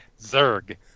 Zerg